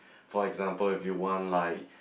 for example if you want like